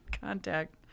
contact